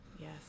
Yes